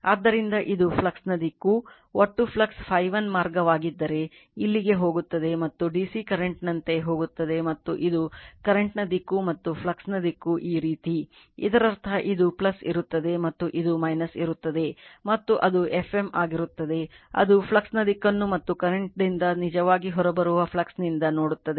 ಆದ್ದರಿಂದ ಇದು ಫ್ಲಕ್ಸ್ನ ದಿಕ್ಕು ಒಟ್ಟು ಫ್ಲಕ್ಸ್ Φ1 ಮಾರ್ಗವಾಗಿದ್ದರೆ ಇಲ್ಲಿಗೆ ಹೋಗುತ್ತದೆ ಮತ್ತು DC ಸರ್ಕ್ಯೂಟ್ನಂತೆ ಹೋಗುತ್ತದೆ ಮತ್ತು ಇದು ಕರೆಂಟ್ ನ ದಿಕ್ಕು ಮತ್ತು ಫ್ಲಕ್ಸ್ನ ದಿಕ್ಕು ಈ ರೀತಿ ಇದರರ್ಥ ಇದು ಇರುತ್ತದೆ ಮತ್ತು ಇದು ಇರುತ್ತದೆ ಮತ್ತು ಅದು F m ಆಗಿರುತ್ತದೆ ಅದು ಫ್ಲಕ್ಸ್ನ ದಿಕ್ಕನ್ನು ಮತ್ತು ಕರೆಂಟ್ ದಿಂದ ನಿಜವಾಗಿ ಹೊರಬರುವ ಫ್ಲಕ್ಸ್ನಿಂದ ನೋಡುತ್ತದೆ